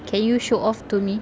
can you show off to me